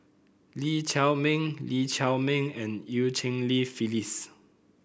Lee Chiaw Meng Lee Chiaw Meng and Eu Cheng Li Phyllis